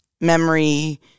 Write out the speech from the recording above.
memory